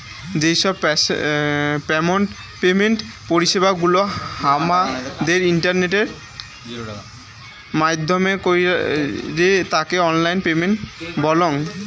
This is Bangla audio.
যেই সব পেমেন্ট পরিষেবা গুলা হামাদের ইন্টারনেটের মাইধ্যমে কইরে তাকে অনলাইন পেমেন্ট বলঙ